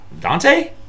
Dante